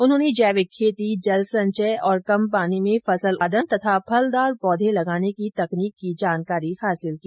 उन्होंने जैंविक खेती जल संचय और कम पानी में फसल उत्पादन तथा फलदार पौधे लगाने की तकनीक की जानकारी हासिल की